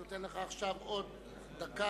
אני נותן לך עכשיו עוד דקה.